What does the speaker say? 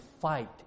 fight